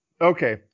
okay